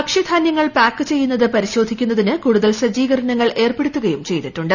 ഭ്ക്ഷ്യനാനൃങ്ങൾ pack ചെയ്യുന്നത് പരിശോധിക്കുന്നതിന് കൂടുതൽ സജ്ജീകരണങ്ങൾ ഏർപ്പെടുത്തുകയും ചെയ്തിട്ടുണ്ട്